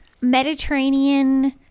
mediterranean